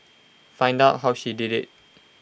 find out how she did IT